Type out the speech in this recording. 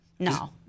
No